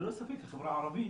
ללא ספק החברה הערבית